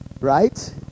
Right